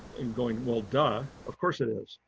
and going, well duh. of course, it is.